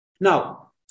Now